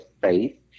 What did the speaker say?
faith